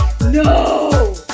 No